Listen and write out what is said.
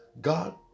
God